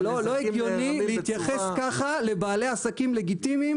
לא הגיוני להתייחס ככה לבעלי עסקים לגיטימיים